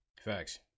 Facts